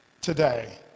today